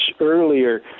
earlier